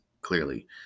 clearly